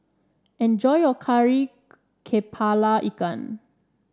enjoy your Kari kepala Ikan